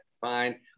fine